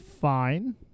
fine